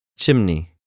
Chimney